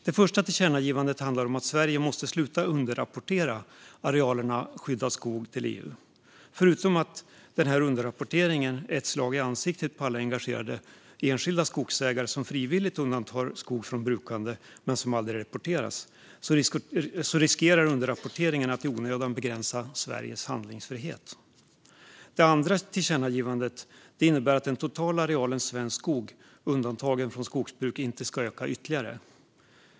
Det första handlar om att Sverige måste sluta underrapportera arealerna skyddad skog till EU. Förutom att underrapporteringen är ett slag i ansiktet på alla engagerade enskilda skogsägare som frivilligt undantar skog från brukande som aldrig rapporteras riskerar den att i onödan begränsa Sveriges handlingsfrihet. Det andra innebär att den totala arealen svensk skog undantagen från skogsbruk inte ska öka ytterligare.